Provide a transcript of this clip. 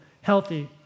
healthy